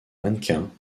mannequin